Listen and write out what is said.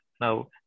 Now